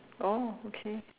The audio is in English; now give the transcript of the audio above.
oh okay